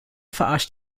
verarscht